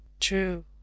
True